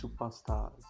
superstars